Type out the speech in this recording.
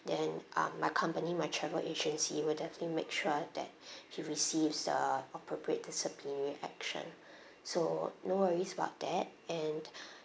then um my company my travel agency will definitely make sure that he receives uh appropriate disciplinary action so no worries about that and